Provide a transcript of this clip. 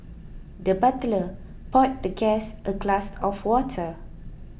the butler poured the guest a glass of water